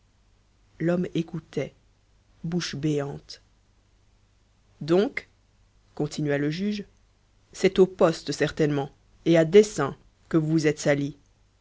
l'homme écoutait bouche béante donc continua le juge c'est au poste certainement et à dessein que vous vous êtes sali